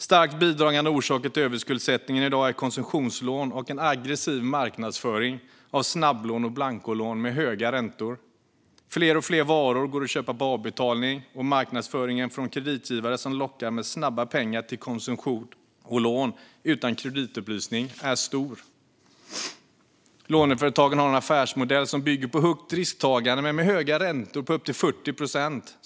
Starkt bidragande orsaker till överskuldsättningen i dag är konsumtionslån och en aggressiv marknadsföring av snabblån och blancolån med höga räntor. Fler och fler varor går att köpa på avbetalning, och marknadsföringen från kreditgivare som lockar med snabba pengar till konsumtion och lån utan kreditupplysning är stor. Låneföretagen har en affärsmodell som bygger på högt risktagande men med höga räntor på upp till 40 procent.